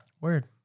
weird